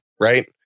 Right